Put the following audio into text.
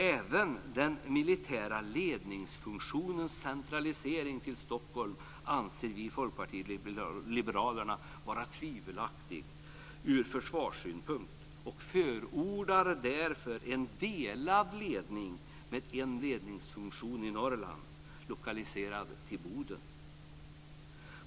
Även den militära ledningsfunktionens centralisering till Stockholm anser vi i Folkpartiet liberalerna vara tvivelaktig ur försvarssynpunkt, och vi förordar därför en delad ledning med ledningsfunktionen i Norrland, lokaliserad till Boden.